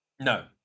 No